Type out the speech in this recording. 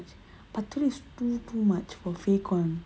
பத்து:paththu is too much for fake [one]